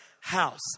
house